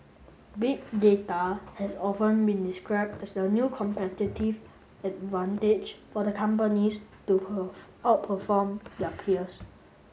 Big Data has often been described as the new competitive advantage for the companies to perform outperform their peers